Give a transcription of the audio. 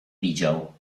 widział